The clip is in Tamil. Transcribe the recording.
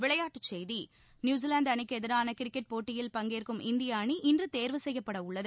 விளையாட்டுசெய்தி நியூசிலாந்து அணிக்கு எதிரான கிரிக்கெட் போட்டியில் பங்கேற்கும் இந்திய அணி இன்று தேர்வு செய்யப்பட உள்ளது